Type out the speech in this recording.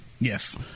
Yes